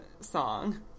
song